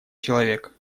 человек